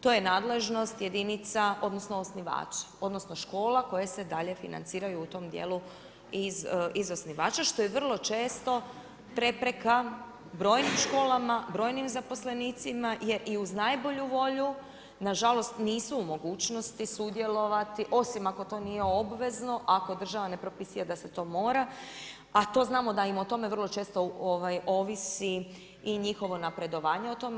To je nadležnost jedinica, odnosno osnivača, odnosno škola koje se dalje financiraju u tom dijelu iz osnivača što je vrlo često prepreka brojnim školama, brojnim zaposlenicima je i uz najbolju volju na žalost nisu u mogućnosti sudjelovati, osim ako to nije obvezno, ako država ne propisuje da se to mora a to znamo da im o tome vrlo često ovisi i njihovo napredovanje o tome.